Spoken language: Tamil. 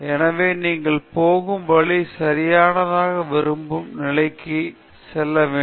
எனவே நீங்கள் போகும் வழி சரியான விரும்பிய நிலைக்கு கொண்டு செல்ல வேண்டும்